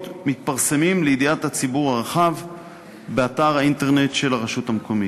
מתפרסמים לידיעת הציבור הרחב באתר האינטרנט של הרשות המקומית.